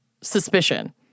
suspicion